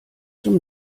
zum